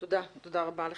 תודה רבה.